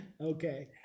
Okay